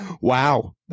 Wow